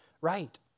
right